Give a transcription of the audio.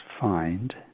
find